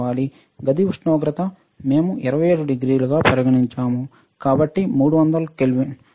గది ఉష్ణోగ్రత మేము 27 డిగ్రీలుగా పరిగణించాము కాబట్టి 300 కెల్విన్